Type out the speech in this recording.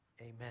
Amen